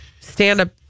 stand-up